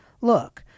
Look